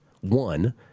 One